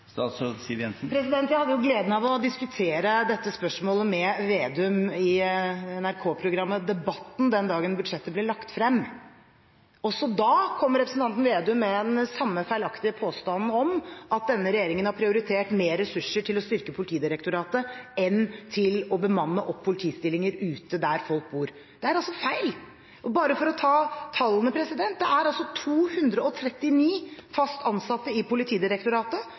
Jeg hadde gleden av å diskutere dette spørsmålet med Slagsvold Vedum i NRK-programmet Debatten den dagen budsjettet ble lagt frem. Også da kom representanten Slagsvold Vedum med den samme feilaktige påstanden om at denne regjeringen har prioritert mer ressurser til å styrke Politidirektoratet enn til å bemanne opp politistillinger ute der folk bor. Det er feil! Bare for å ta tallene: Det er 239 fast ansatte i Politidirektoratet,